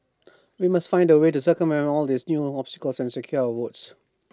we must find A way to circumvent all these new obstacles and secure our votes